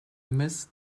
miss